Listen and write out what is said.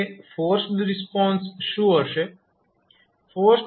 હવે forced response શું હશે